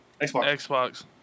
xbox